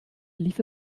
lief